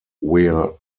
wear